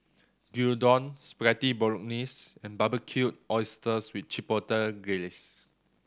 Gyudon Spaghetti Bolognese and Barbecued Oysters with Chipotle Glaze